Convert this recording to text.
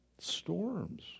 Storms